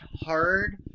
hard